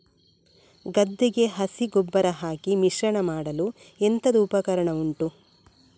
ಗದ್ದೆಗೆ ಹಸಿ ಗೊಬ್ಬರ ಹಾಕಿ ಮಿಶ್ರಣ ಮಾಡಲು ಎಂತದು ಉಪಕರಣ ಉಂಟು?